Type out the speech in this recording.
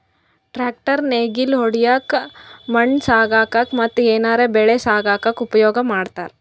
tractor ನೇಗಿಲ್ ಹೊಡ್ಲಿಕ್ಕ್ ಮಣ್ಣ್ ಸಾಗಸಕ್ಕ ಮತ್ತ್ ಏನರೆ ಬೆಳಿ ಸಾಗಸಕ್ಕ್ ಉಪಯೋಗ್ ಮಾಡ್ತಾರ್